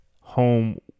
home